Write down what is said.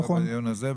לא בדיון הזה,